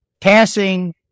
passing